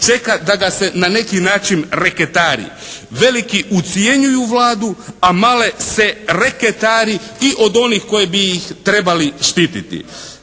čeka da ga se na neki način reketari. Veliki ucjenjuju Vladu, a male se reketari i od onih koji bi ih trebali štiti.